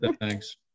thanks